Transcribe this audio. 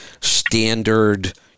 standard